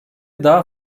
daha